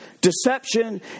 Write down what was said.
deception